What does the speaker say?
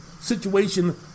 situation